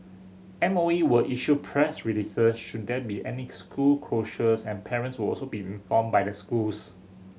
M O E will issue press releases should there be any school closures and parents will also be informed by the schools